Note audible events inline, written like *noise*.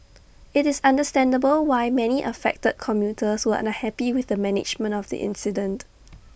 IT is understandable why many affected commuters were unhappy with the management of the incident *noise*